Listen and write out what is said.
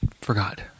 forgot